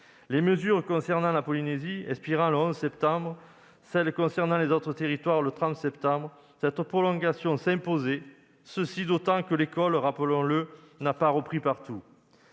Les mesures concernant la Polynésie expirant le 11 septembre et celles concernant les autres territoires le 30 septembre, cette prolongation s'imposait, d'autant que l'école n'a pas repris partout.